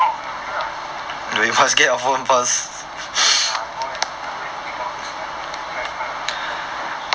oh okay okay lah then I ya I go and I go and dig out go and try to find a phone first